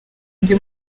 undi